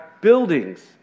buildings